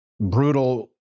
brutal